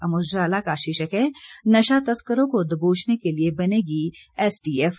अमर उजाला का शीर्षक है नशा तस्करों को दबोचने के लिए बनेगी एसटीएफ